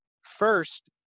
First